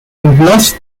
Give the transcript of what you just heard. óblast